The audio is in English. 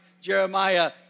Jeremiah